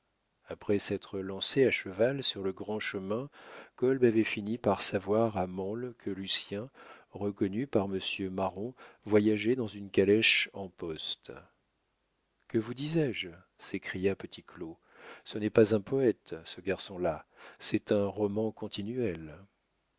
après s'être lancé à cheval sur le grand chemin kolb avait fini par savoir à mansle que lucien reconnu par monsieur marron voyageait dans une calèche en poste que vous disais-je s'écria petit claud ce n'est pas un poète ce garçon-là c'est un roman continuel